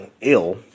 ill